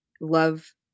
love